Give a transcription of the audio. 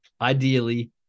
ideally